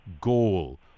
goal